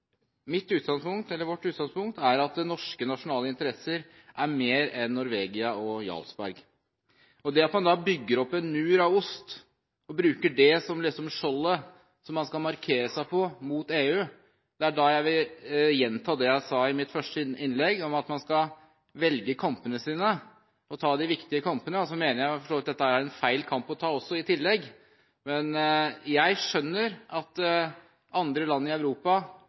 Vårt utgangspunkt er at norske nasjonale interesser er mer enn Norvegia og Jarlsberg. Når man bygger opp en mur av ost og bruker det liksom som skjoldet som man skal markere seg med mot EU, vil jeg gjenta det jeg sa i mitt første innlegg, at man skal velge kampene sine og ta de viktige kampene, og så mener jeg for så vidt at dette er en feil kamp å ta i tillegg. Jeg skjønner at andre land i Europa